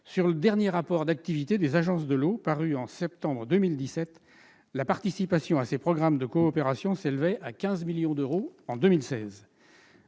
Selon le dernier rapport d'activité des agences de l'eau paru en septembre 2017, la participation à ces programmes de coopération s'élevait à 15 millions d'euros en 2016.